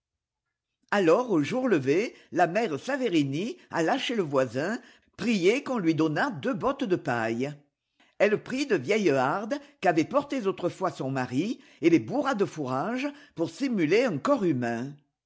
alors au jour levé la mère saverini alla chez le voisin prier qu'on lui donnât deux bottes de paille elle prit de vieilles hardes qu'avait portées autrefois son mari et les bourra de fourrage pour simuler un corps humam